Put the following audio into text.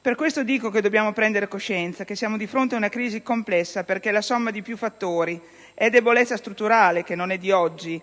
Per tale motivo dico che dobbiamo prendere coscienza che siamo di fronte ad una crisi complessa, perché è la somma di più fattori: è debolezza strutturale, che non è di oggi;